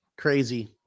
Crazy